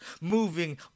moving